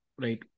Right